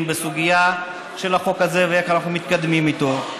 בסוגיה של החוק הזה ואיך אנחנו מתקדמים איתו.